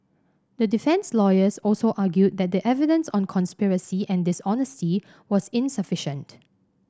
the defence lawyers also argued that the evidence on conspiracy and dishonesty was insufficient